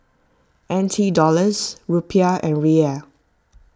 N T Dollars Rupiah and Riel